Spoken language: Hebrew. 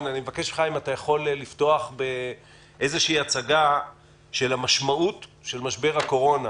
אני מבקש ממך אם אתה יכול לפתוח באיזו הצגה של המשמעות של משבר הקורונה